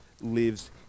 lives